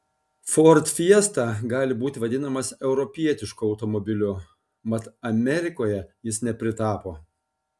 ford fiesta gali būti vadinamas europietišku automobiliu mat amerikoje jis nepritapo